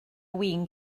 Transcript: win